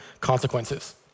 consequences